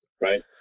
right